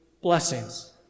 blessings